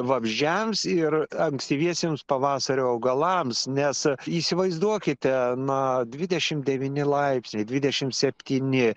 vabzdžiams ir ankstyviesiems pavasario augalams nes įsivaizduokite na dvidešim devyni laipsniai dvidešim septyni